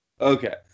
Okay